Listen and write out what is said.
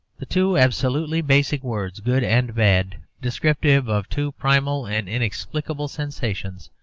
the two absolutely basic words good and bad, descriptive of two primal and inexplicable sensations,